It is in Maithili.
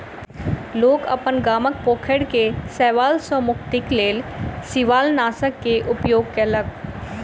लोक अपन गामक पोखैर के शैवाल सॅ मुक्तिक लेल शिवालनाशक के उपयोग केलक